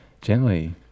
gently